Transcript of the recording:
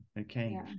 okay